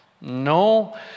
No